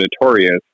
notorious